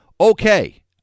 okay